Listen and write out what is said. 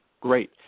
Great